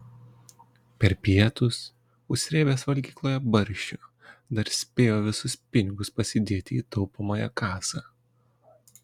per pietus užsrėbęs valgykloje barščių dar spėjo visus pinigus pasidėti į taupomąją kasą